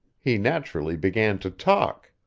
he naturally began to talk.